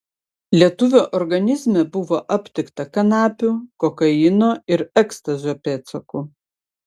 lietuvio organizme buvo aptikta kanapių kokaino ir ekstazio pėdsakų